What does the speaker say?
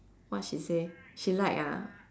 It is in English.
what she say she like ah